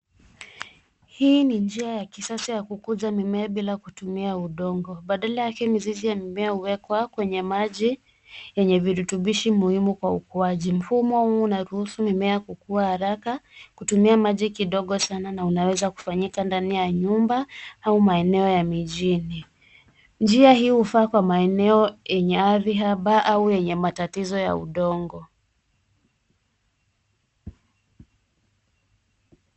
Hii ni njia ya kisasa ya kukuza mimea bila kutumia udongo. Badala yake mizizi ya mimea huwekwa kwenye maji yenye virutubisho muhimu kwa ukuaji. Mfumo huu unaruhusu mimea kukua haraka, kutumia maji kidogo sana na unaweza kufanyika ndani ya nyumba au maeneo ya mijini. Njia hii hufaa kwa maeneo yenye ardhi haba au yenye matatizo ya udongo.